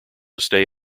stay